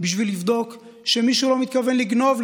בשביל לבדוק שמישהו לא מתכוון לגנוב,